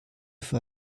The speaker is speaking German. für